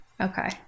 Okay